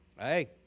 Hey